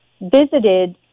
visited